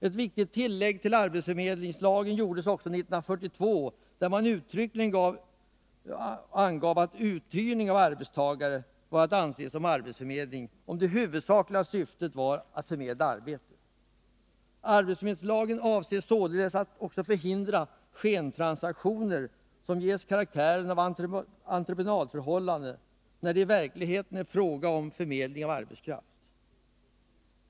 Ett viktigt tillägg till arbetsförmedlingslagen gjordes också 1942, där man uttryckligen angav att uthyrning av arbetstagare var att anse som arbetsförmedling om det huvudsakliga syftet var att förmedla arbete. Arbetsförmedlingslagen avser således också att förhindra skentransaktioner som ges karaktären av entreprenadförhållanden, när det i verkligheten är fråga om förmedling av arbetskraft.